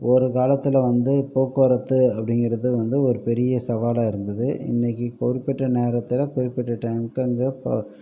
ஒரு காலத்தில் வந்து போக்குவரத்து அப்படிங்கிறது வந்து ஒரு பெரிய சவாலாக இருந்தது இன்னிக்கி குறிப்பிட்ட நேரத்தில் குறிப்பிட்ட டைமுக்கு அங்கே ப